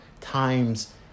times